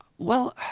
well,